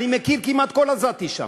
אני מכיר כמעט כל עזתי שם.